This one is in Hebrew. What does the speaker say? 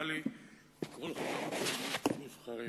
בא לי לקרוא חוקים נבחרים,